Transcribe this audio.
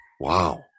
Wow